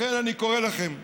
לכן אני קורא לכם,